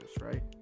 right